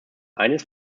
eines